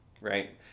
right